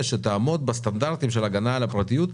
שתעמוד בסטנדרטים של הגנה על הפרטיות.